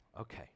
okay